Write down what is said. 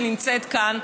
שנמצאת כאן,